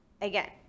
again